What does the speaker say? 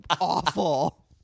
awful